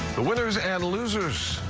the winners and losers.